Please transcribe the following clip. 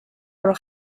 por